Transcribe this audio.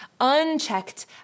unchecked